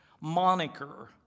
moniker